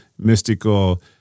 mystical